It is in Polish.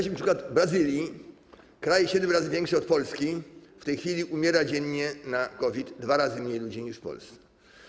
Podam przykład Brazylii: kraj siedem razy większy od Polski, a w tej chwili umiera dziennie na COVID dwa razy mniej ludzi niż w Polsce.